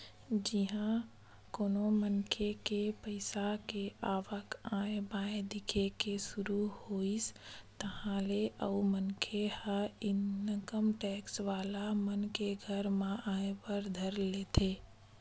जिहाँ कोनो मनखे के पइसा के आवक आय बाय दिखे के सुरु होइस ताहले ओ मनखे ह इनकम टेक्स वाला मन के घेरा म आय बर धर लेथे